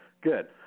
Good